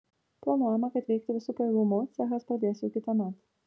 planuojama kad veikti visu pajėgumu cechas pradės jau kitąmet